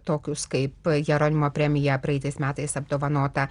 tokius kaip jeronimo premija praeitais metais apdovanota